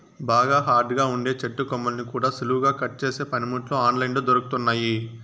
బాగా హార్డ్ గా ఉండే చెట్టు కొమ్మల్ని కూడా సులువుగా కట్ చేసే పనిముట్లు ఆన్ లైన్ లో దొరుకుతున్నయ్యి